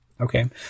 Okay